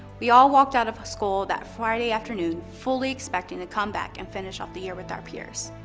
we all walked out of school that friday afternoon, fully expecting to come back and finish off the year with our peers.